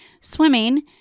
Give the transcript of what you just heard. Swimming